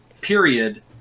period